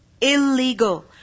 Illegal